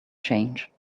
change